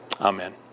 Amen